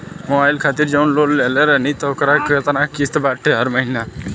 Mobile खातिर जाऊन loan लेले रहनी ह ओकर केतना किश्त बाटे हर महिना?